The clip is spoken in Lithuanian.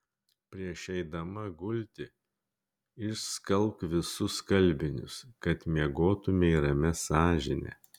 prieš eidama gulti išskalbk visus skalbinius kad miegotumei ramia sąžine